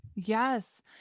Yes